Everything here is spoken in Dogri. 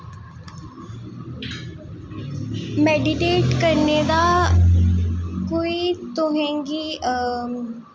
मेडिटेट करने दा कोई तुसें गी